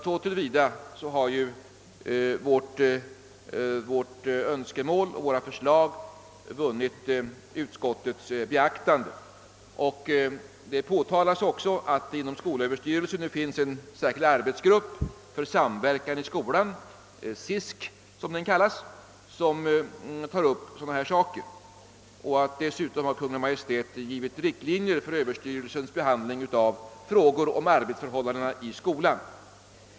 Så till vida har vårt önskemål och våra förslag vunnit utskottets beaktande. Det påtalas också i utlåtandet att det inom skolöverstyrelsen nu finns en särskild arbetsgrupp för samverkan i skolan — den kallas SISK — som tar upp dylika problem. Dessutom har Kungl. Maj:t angivit riktlinjer för överstyrelsens behandling av frågor om arbetsförhållandena i skolan.